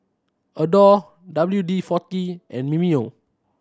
Adore W D Forty and Mimeo